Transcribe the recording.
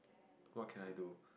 what can I do